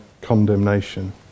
condemnation